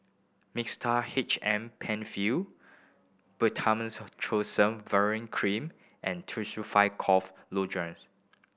Mixtard H M Penfill Cream and Tussil five Cough Lozenge